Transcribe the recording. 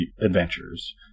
adventures